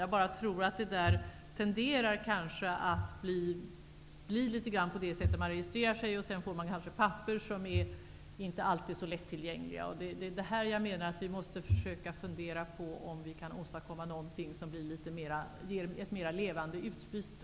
Jag tror bara att det tenderar bli så att man registrerar sig där, och sedan får man kanske papper som inte alltid är så lättillgängliga. Det är där som jag menar att vi måste fundera på om vi kan åstadkomma någonting som leder till mera levande utbyte.